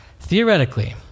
Theoretically